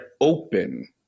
open